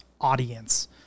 audience